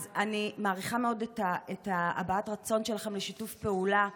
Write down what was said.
אז אני מעריכה מאוד את הבעת הרצון שלכם לשיתוף פעולה.